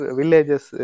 villages